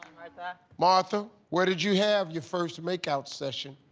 that. martha, where did you have your first make-out session?